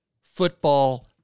football